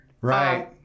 Right